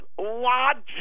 logic